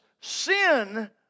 sin